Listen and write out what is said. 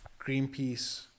greenpeace